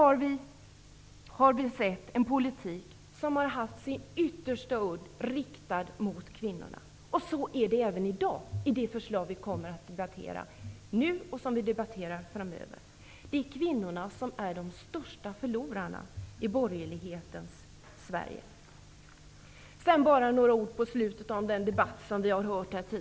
Alltsedan dess har det förts en politik som har haft sin yttersta udd riktad mot kvinnorna. Så är det också med det förslag som vi nu debatterar och de som vi kommer att debattera framöver. Det är kvinnorna som är de största förlorarna i borgerlighetens Sverige. Avslutningsvis vill jag säga några ord om den debatt som har förts här.